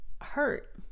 hurt